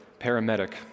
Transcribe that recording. paramedic